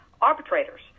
arbitrators